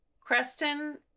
Creston